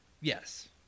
Yes